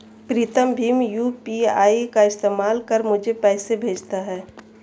प्रीतम भीम यू.पी.आई का इस्तेमाल कर मुझे पैसे भेजता है